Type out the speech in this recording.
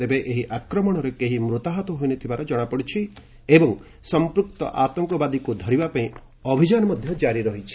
ତେବେ ଏହି ଆକ୍ରମଣରେ କେହି ମୃତାହତ ହୋଇନଥିବା ଜଣାପଡ଼ିଛି ଏବଂ ସଂପୃକ୍ତ ଆତଙ୍କବାଦୀଙ୍କୁ ଧରିବା ପାଇଁ ଅଭିଯାନ କାରି ରହିଛି